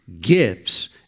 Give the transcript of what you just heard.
gifts